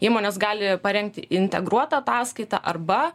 įmonės gali parengti integruotą ataskaitą arba